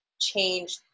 change